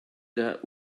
der